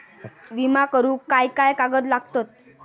विमा करुक काय काय कागद लागतत?